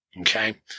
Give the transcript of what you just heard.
Okay